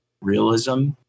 realism